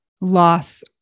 loss